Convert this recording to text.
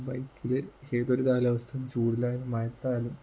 ബൈക്കിൽ ഏതൊരു കാലാവസ്ഥയും ചൂടായാലും മഴയത്തായാലും